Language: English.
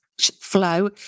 flow